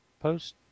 Post